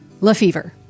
LaFever